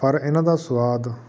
ਪਰ ਇਹਨਾਂ ਦਾ ਸਵਾਦ